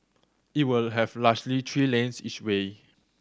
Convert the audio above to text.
it will have largely three lanes each way